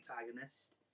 antagonist